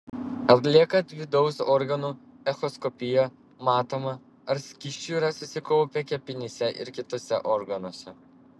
atliekant vidaus organų echoskopiją matoma ar skysčių yra susikaupę kepenyse ir kituose organuose